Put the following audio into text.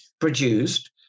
produced